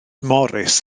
morris